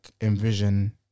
envision